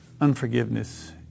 Unforgiveness